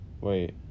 Wait